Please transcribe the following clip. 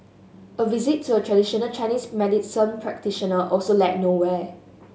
a visit to a traditional Chinese medicine practitioner also led nowhere